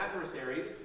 adversaries